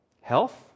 Health